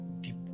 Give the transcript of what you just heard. deep